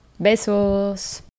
Besos